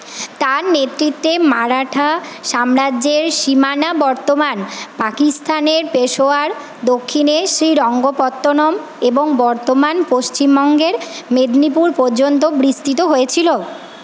তাঁর নেতৃত্বে মারাঠা সাম্রাজ্যের সীমানা বর্তমান পাকিস্তানের পেশোয়ার দক্ষিণে শ্রীরঙ্গপত্তনম এবং বর্তমান পশ্চিমবঙ্গের মেদিনীপুর পর্যন্ত বিস্তৃত হয়েছিল